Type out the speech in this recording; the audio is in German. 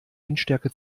windstärke